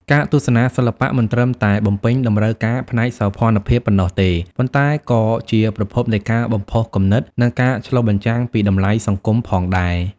ការទស្សនាសិល្បៈមិនត្រឹមតែបំពេញតម្រូវការផ្នែកសោភ័ណភាពប៉ុណ្ណោះទេ ប៉ុន្តែក៏ជាប្រភពនៃការបំផុសគំនិត និងការឆ្លុះបញ្ចាំងពីតម្លៃសង្គមផងដែរ។